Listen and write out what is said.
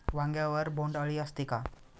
वांग्यावर बोंडअळी असते का?